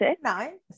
Nine